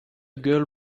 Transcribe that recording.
girl